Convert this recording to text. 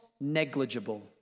negligible